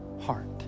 heart